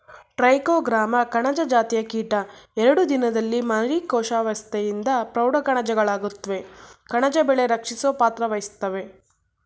trichogramma ಕಣಜ ಜಾತಿಯ ಕೀಟ ಎರಡು ದಿನದಲ್ಲಿ ಮರಿ ಕೋಶಾವಸ್ತೆಯಿಂದ ಪ್ರೌಢ ಕಣಜಗಳಾಗುತ್ವೆ ಕಣಜ ಬೆಳೆ ರಕ್ಷಿಸೊ ಪಾತ್ರವಹಿಸ್ತವೇ